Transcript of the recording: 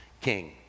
king